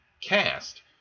cast